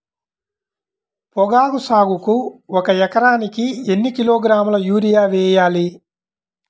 పొగాకు సాగుకు ఒక ఎకరానికి ఎన్ని కిలోగ్రాముల యూరియా వేయాలి?